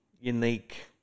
unique